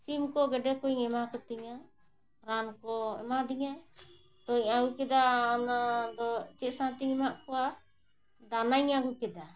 ᱥᱤᱢ ᱠᱚ ᱜᱮᱰᱮ ᱠᱚᱧ ᱮᱢᱟ ᱠᱚᱛᱤᱧᱟ ᱨᱟᱱ ᱠᱚ ᱮᱢᱟᱫᱤᱧᱟ ᱛᱳᱧ ᱟᱹᱜᱩ ᱠᱮᱫᱟ ᱚᱱᱟ ᱫᱚ ᱪᱮᱫ ᱥᱟᱶᱛᱤᱧ ᱮᱢᱟᱜ ᱠᱚᱣᱟ ᱫᱟᱱᱟᱧ ᱟᱹᱜᱩ ᱠᱮᱫᱟ